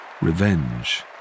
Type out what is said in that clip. Revenge